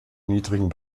niedrigen